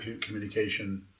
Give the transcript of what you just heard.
communication